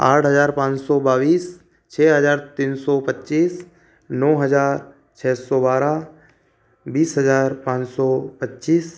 आठ हज़ार पाँच सौ बाईस छ हज़ार तीन सौ पच्चीस नौ हज़ार छ सौ बारह बीस हज़ार पाँच सौ पच्चीस